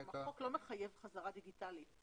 החוק לא מחייב חזרה דיגיטלית.